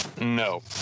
no